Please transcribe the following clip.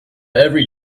every